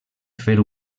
fer